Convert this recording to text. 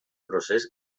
procés